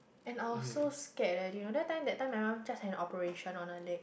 and I was so scared leh do you know that time that time my mum just had an operation on her leg